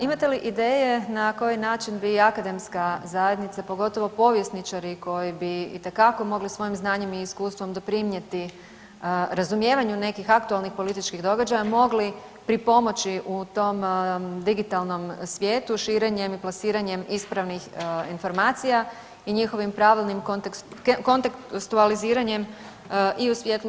Imate li ideje na koji način bi akademska zajednica, pogotovo povjesničari koji bi itekako mogli svojim znanjem i iskustvom doprinjeti razumijevanju nekih aktualnih političkih događaja mogli pripomoći u tom digitalnom svijetu širenjem i plasiranjem ispravnih informacija i njihovim pravilnim kontekstualiziranjem i u svijetlu ovih novijih događaja?